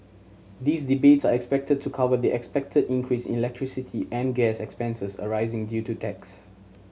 these rebates are expected to cover the expected increase in electricity and gas expenses arising due to tax